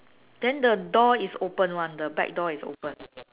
then the door is open [one] the back door is open